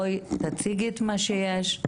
תציגי את מה שיש.